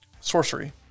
Sorcery